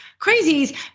crazies